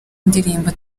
ndirimbo